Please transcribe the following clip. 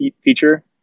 feature